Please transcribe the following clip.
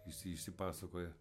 visi išsipasakoja